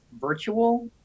virtual